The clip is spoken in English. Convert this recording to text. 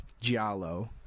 giallo